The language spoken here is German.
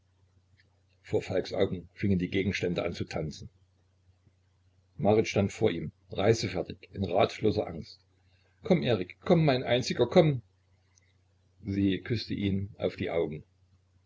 vor falks augen fingen die gegenstände an zu tanzen marit stand vor ihm reisefertig in ratloser angst komm erik komm mein einziger komm sie küßte ihn auf die augen